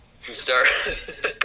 start